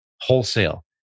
wholesale